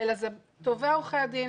אלא אלה טובי עורכי הדין,